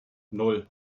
nan